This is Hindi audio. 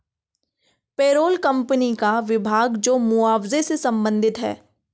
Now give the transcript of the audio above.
पेरोल कंपनी का विभाग जो मुआवजे से संबंधित है